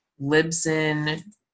Libsyn